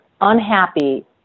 unhappy